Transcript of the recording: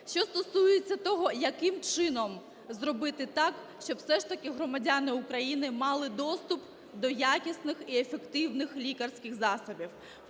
Що стосується того, яким чином зробити так, щоб все ж таки громадяни України мали доступ до якісних і ефективних лікарських засобів.